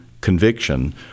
conviction